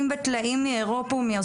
בעקבי הצאן ועוד מגדלים פרטיים הביעו תמיכה